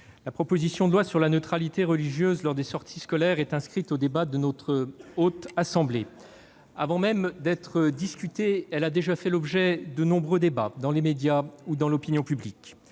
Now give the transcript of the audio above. la proposition de loi sur la neutralité religieuse lors des sorties scolaires est inscrite au débat de notre Haute Assemblée. Avant même d'être discutée, elle a déjà fait l'objet de nombreux débats dans les médias ou dans l'opinion publique.